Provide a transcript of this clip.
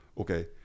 okay